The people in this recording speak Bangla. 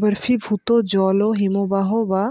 বরফীভূত জল হিমবাহ বা